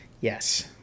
yes